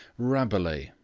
rabelais,